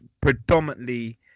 predominantly